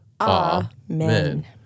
Amen